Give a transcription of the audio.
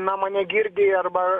na mane girdi arba